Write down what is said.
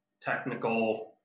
technical